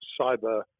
cyber